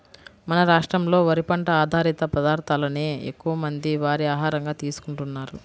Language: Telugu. మన రాష్ట్రంలో వరి పంట ఆధారిత పదార్ధాలనే ఎక్కువమంది వారి ఆహారంగా తీసుకుంటున్నారు